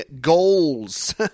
goals